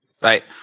Right